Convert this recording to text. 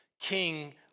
king